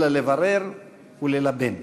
אלא לברר וללבן.